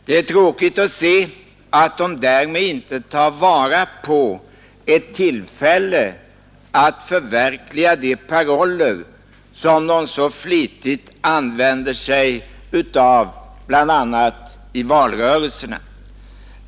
Det är tråkigt att se att dessa partier därmed inte tar vara på ett tillfälle att förverkliga paroller som de flitigt använder sig av, bl.a. i valrörelserna.